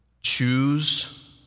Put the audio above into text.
choose